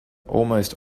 almost